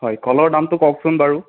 হয় কলৰ দামটো কওকচোন বাৰু